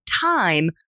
Time